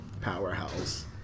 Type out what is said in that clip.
powerhouse